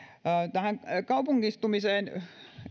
tähän kaupungistumiseen